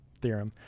theorem